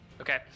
Okay